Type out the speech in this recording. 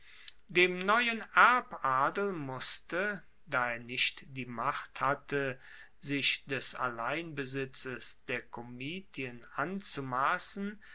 dem neuen erbadel musste da er nicht die macht hatte sich des alleinbesitzes der komitien